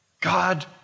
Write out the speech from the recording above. God